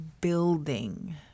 building